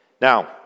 Now